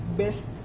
best